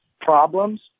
problems